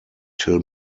till